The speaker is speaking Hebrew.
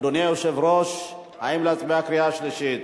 אדוני היושב-ראש, האם להצביע בקריאה שלישית?